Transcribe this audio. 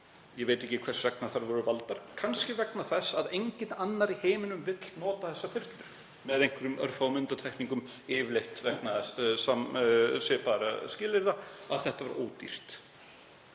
Ég veit ekki hvers vegna þær voru valdar, kannski vegna þess að enginn annar í heiminum vill nota þær, með einhverjum örfáum undantekningum, yfirleitt vegna svipaðra skilyrða,